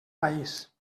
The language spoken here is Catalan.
país